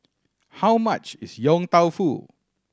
how much is Yong Tau Foo